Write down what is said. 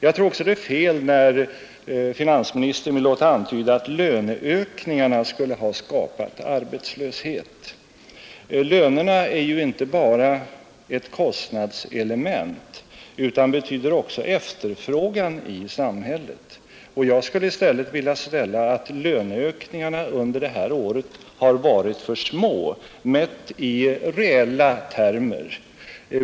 Jag tror också det är fel när finansministern vill låta antyda att löneökningarna skulle ha skapat arbetslöshet. Lönerna är ju inte bara ett kostnadselement utan betyder också efterfrågan i samhället. Jag skulle i stället vilja hävda att löneökningarna under det här året har varit för små, mätt i reella termer.